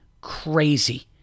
crazy